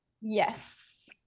Yes